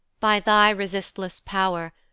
by thy resistless pow'r,